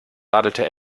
radelte